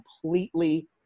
completely